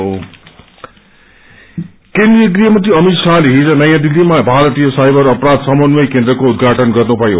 server कास केन्द्रिय गृहमंत्री अमित शाहले हिज नयाँ दिल्लीमा भारतीय साइबर अपराब समन्वय केन्द्रको उद्घाटन गन्नुभयो